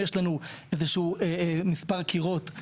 אין ספק שהוספת זכויות לוועדות המקומיות היא לא מכשול.